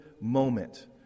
moment